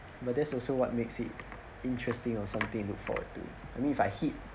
but that's also what makes it interesting or something you look forward to I mean if I hit